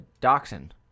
dachshund